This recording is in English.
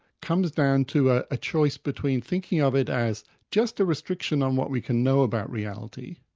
comes down to a choice between thinking of it as just a restriction on what we can know about reality,